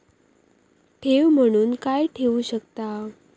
ठेव म्हणून काय ठेवू शकताव?